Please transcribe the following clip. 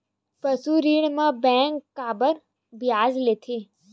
पशु ऋण म बैंक काबर ब्याज लेथे?